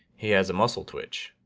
he has a muscle twitch.